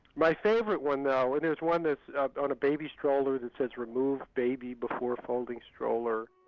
my favourite one though, and is one that's on a baby stroller that says remove baby before folding stroller.